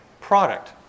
product